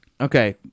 Okay